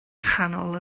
nghanol